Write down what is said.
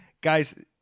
Guys